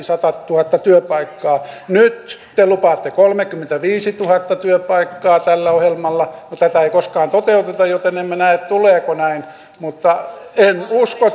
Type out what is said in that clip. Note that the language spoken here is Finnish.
satatuhatta työpaikkaa nyt te lupaatte kolmekymmentäviisituhatta työpaikkaa tällä ohjelmalla no tätä ei koskaan toteuteta joten emme näe tuleeko näin mutta en usko